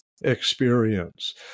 experience